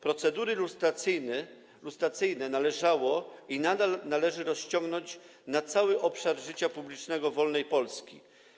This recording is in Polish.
Procedury lustracyjne należało i nadal należy rozciągnąć na cały obszar życia publicznego wolnej Polski.